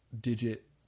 digit